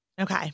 Okay